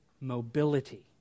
mobility